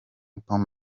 pombe